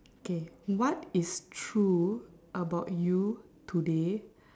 K what is true about you today